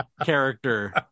character